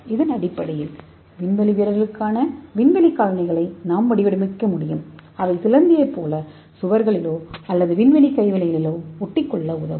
இதன் அடிப்படையில் விண்வெளி வீரர்களுக்கான விண்வெளி காலணிகளை நாம் வடிவமைக்க முடியும் அவை சிலந்தியைப் போல சுவர்களிலோ அல்லது விண்வெளி கைவினைகளிலோ ஒட்டிக்கொள்ள உதவும்